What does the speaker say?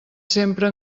sempre